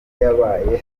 yabaye